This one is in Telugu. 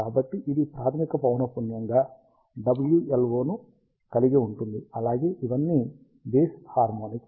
కాబట్టి ఇది ప్రాథమిక పౌనఃపున్యం గా ωLO ను కలిగి ఉంటుంది అలాగే ఇవన్నీ బేసి హార్మోనిక్స్